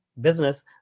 business